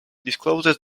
discloses